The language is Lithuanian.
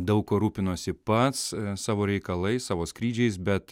daug kuo rūpinosi pats savo reikalais savo skrydžiais bet